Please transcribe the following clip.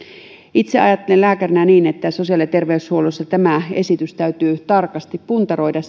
itse ajattelen lääkärinä niin että sosiaali ja terveysvaliokunnassa tämä esitys täytyy tarkasti puntaroida